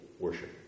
Worship